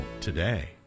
today